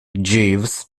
jeeves